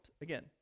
again